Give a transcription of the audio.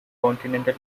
continental